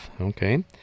okay